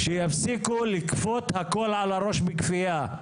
שיפסיקו לכפות את הכל על הראש, בכפייה.